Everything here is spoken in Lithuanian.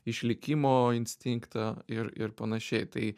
išlikimo instinktą ir ir panašiai tai